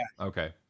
Okay